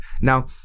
Now